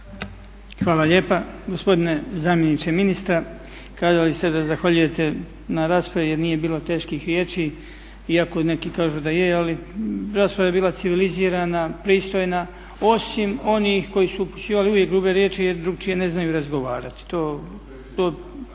Hvala lijepa. Gospodine zamjeniče ministra kazali ste da zahvaljujete na raspravi jer nije bilo teških riječi, iako neki kažu da je ali rasprava je bila civilizirana, pristojna, osim onih koji su upućivali uvijek grube riječi jer drukčije ne znaju razgovarati.